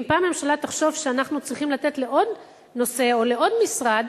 ואם פעם ממשלה תחשוב שאנחנו צריכים לתת לעוד נושא או לעוד משרד,